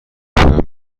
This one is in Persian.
پایان